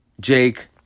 Jake